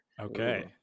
okay